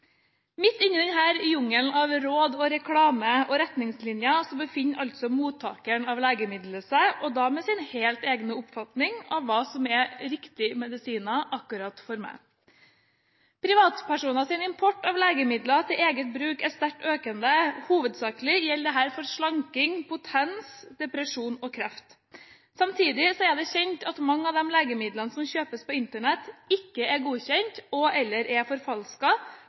reklame og retningslinjer befinner altså mottakeren av legemidlet seg – med sin helt egen oppfatning av hva som er riktig medisin for akkurat meg. Privatpersoners import av legemidler til eget bruk er sterkt økende. Hovedsakelig gjelder dette for slanking, potens, depresjon og kreft. Samtidig er det kjent at mange av de legemidlene som kjøpes på Internett, ikke er godkjent og/eller er forfalsket, med den konsekvens at de enten ikke virker, eller